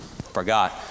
forgot